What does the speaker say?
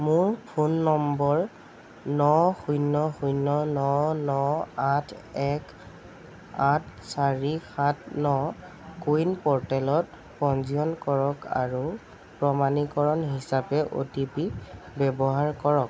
মোৰ phone number ন শূন্য শূন্য ন ন আঠ এক আঠ চাৰি সাত ন কোৱিন প'ৰ্টেলত পঞ্জীয়ন কৰক আৰু প্ৰমাণীকৰণ হিচাপে অ' টি পি ব্যৱহাৰ কৰক